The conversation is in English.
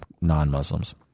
non-Muslims